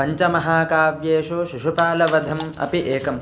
पञ्चमहाकाव्येषु शिशुपालवधम् अपि एकम्